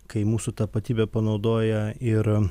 kai mūsų tapatybę panaudojo ir